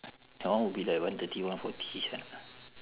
that one would be like one thirty one forty ah